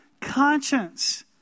conscience